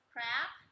Crab